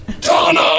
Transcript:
Donna